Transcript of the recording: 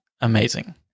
amazing